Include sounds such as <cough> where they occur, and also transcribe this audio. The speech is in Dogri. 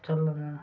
<unintelligible>